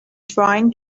trying